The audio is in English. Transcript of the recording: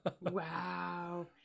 Wow